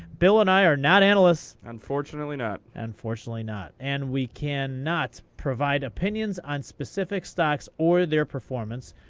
bill and i are not analysts. unfortunately not. unfortunately not. and we can not provide opinions on specific stocks or their performance.